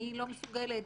אני לא מסוגלת